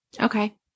Okay